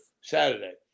Saturday